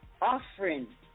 Offering